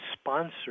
sponsor